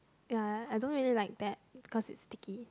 ya I don't really like that cause it's sticky